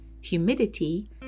Humidity